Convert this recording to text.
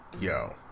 yo